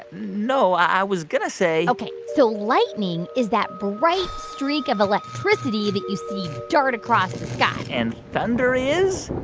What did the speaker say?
no, i was going to say. ok, so lightning is that bright streak of electricity that you see dart across the sky and thunder is?